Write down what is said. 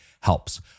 helps